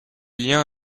liens